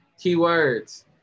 Keywords